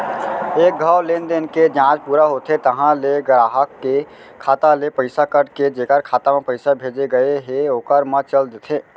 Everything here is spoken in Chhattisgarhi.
एक घौं लेनदेन के जांच पूरा होथे तहॉं ले गराहक के खाता ले पइसा कट के जेकर खाता म पइसा भेजे गए हे ओकर म चल देथे